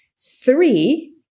three